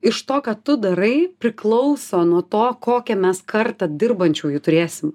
iš to ką tu darai priklauso nuo to kokią mes kartą dirbančiųjų turėsim